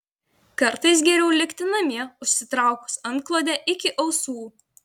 kartais geriau likti namie užsitraukus antklodę iki ausų